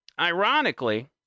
ironically